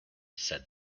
said